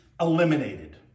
eliminated